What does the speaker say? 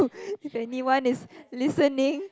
if anyone is listening